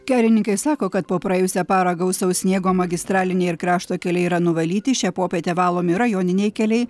kelininkai sako kad po praėjusią parą gausaus sniego magistraliniai ir krašto keliai yra nuvalyti šią popietę valomi rajoniniai keliai